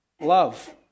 love